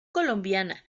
colombiana